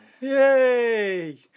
Yay